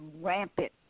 rampant